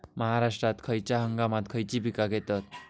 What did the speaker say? महाराष्ट्रात खयच्या हंगामांत खयची पीका घेतत?